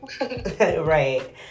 Right